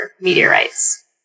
meteorites